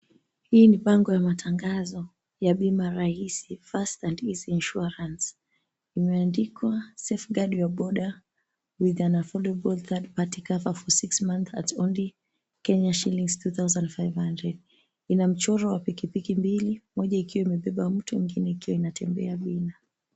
Hii ni bango ya matangazo ya Bima Rahisi, Fast and Easy Insurance. Imeandikwa, Safeguard Your boda with an affordable Third Party Cover for 6 months at only Kenya shillings 2500. Ina mchoro wa pikipiki mbili, moja ikiwa imebeba mtu, ingine ikiwa inatembea bila.